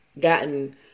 gotten